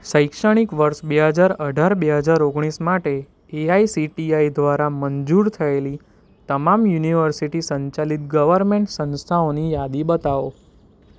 શૈક્ષણિક વર્ષ બે હજાર અઢાર બે હજાર ઓગણસી માટે એઆઈસીટીઈ દ્વારા મંજૂર થયેલી તમામ યુનિવર્સિટી સંચાલિત ગવર્મેન્ટ સંસ્થાઓની યાદી બતાવો